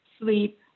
sleep